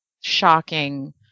shocking